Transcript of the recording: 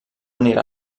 anirà